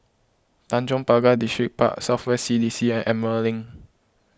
Tanjong Pagar Distripark South West C D C and Emerald Link